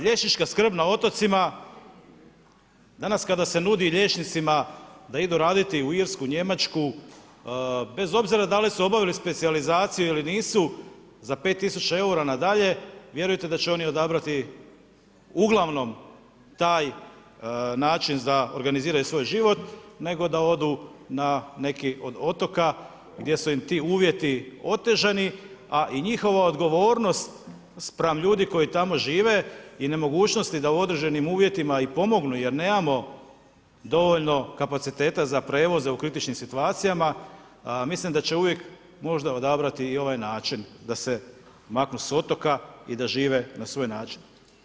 Liječnička skrb na otocima, danas kada se nudi liječnicima da idu raditi u Irsku, Njemačku, bez obzira da li su obavili specijalizaciju ili nisu, za 5 tisuća eura na dalje, vjerujte da će oni odabrati uglavnom taj način da organiziraju svoj život, nego da odu na neki od otoka gdje su im ti uvjeti otežani, a i njihova odgovornost spram ljudi koji tamo žive i nemogućnosti da u određenim uvjetima i pomognu jer nemamo dovoljno kapaciteta za prijevoze u kritičnim situacijama, mislim da će uvijek možda odabrati i ovaj način da se maknu s otoka i da žive na svoj način.